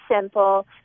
simple